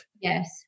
Yes